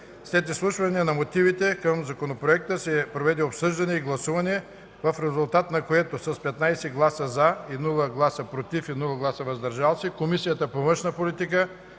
След изслушване на мотивите към Законопроекта се проведе обсъждане и гласуване, в резултат на което с 15 гласа „за”, без „против” и „въздържали се”, Комисията по външна политика